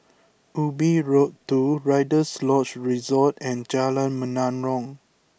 Ubi Road two Rider's Lodge Resort and Jalan Menarong